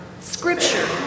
Scripture